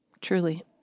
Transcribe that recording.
truly